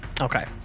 Okay